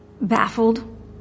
Baffled